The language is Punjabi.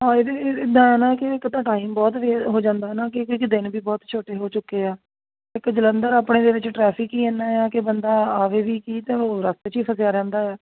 ਹਾਂ ਇਹਦੇ ਇੱਦਾਂ ਹੈ ਨਾ ਕਿ ਇੱਕ ਤਾਂ ਟਾਈਮ ਬਹੁਤ ਵੇ ਹੋ ਜਾਂਦਾ ਹੈ ਨਾ ਕਿ ਕਿਉਂਕਿ ਦਿਨ ਵੀ ਬਹੁਤ ਛੋਟੇ ਹੋ ਚੁੱਕੇ ਆ ਇੱਕ ਜਲੰਧਰ ਆਪਣੇ ਦੇ ਵਿੱਚ ਟਰੈਫਿਕ ਹੀ ਇੰਨਾ ਆ ਕਿ ਬੰਦਾ ਆਵੇ ਵੀ ਕੀ ਅਤੇ ਉਹ ਰਸਤੇ 'ਚ ਹੀ ਫਸਿਆ ਰਹਿੰਦਾ ਆ